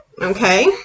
Okay